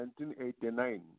1989